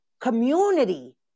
community